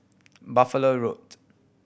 Buffalo Road